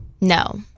No